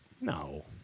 No